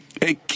Hey